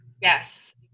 Yes